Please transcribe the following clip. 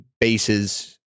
bases